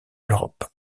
l’europe